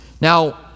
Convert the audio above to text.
Now